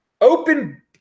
Open